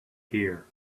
here